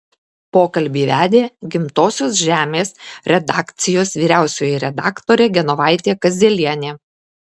pokalbį vedė gimtosios žemės redakcijos vyriausioji redaktorė genovaitė kazielienė